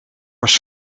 was